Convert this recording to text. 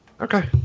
Okay